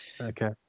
Okay